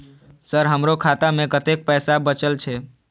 Sir हमरो खाता में कतेक पैसा बचल छे?